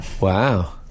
Wow